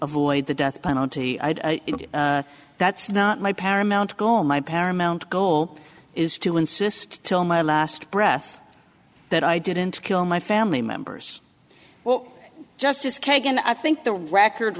avoid the death penalty that's not my paramount goal my paramount goal is to insist till my last breath that i didn't kill my family members well justice kagan i think the record